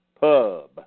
pub